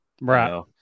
Right